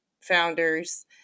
founders